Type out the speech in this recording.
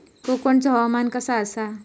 कोकनचो हवामान कसा आसा?